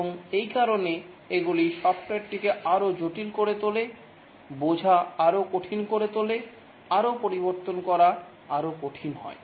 এবং এই কারণে এগুলি সফ্টওয়্যারটিকে আরও জটিল করে তোলে বোঝা আরও কঠিন করে তোলে আরও পরিবর্তন করা আরও কঠিন হয়